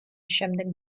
შემდეგ